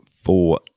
four